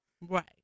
right